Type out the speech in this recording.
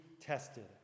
tested